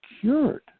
cured